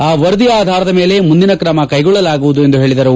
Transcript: ಆ ವರದಿ ಆಧಾರದ ಮೇಲೆ ಮುಂದಿನ ಕ್ರಮಕ್ಟೆಗೊಳ್ಳಲಾಗುವುದು ಎಂದು ಹೇಳಿದರು